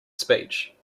speech